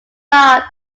not